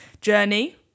Journey